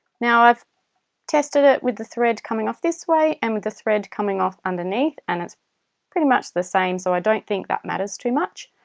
now i've tested it with the thread coming off this way and with the thread coming off underneath and it's pretty much the same so i don't think that matters too much.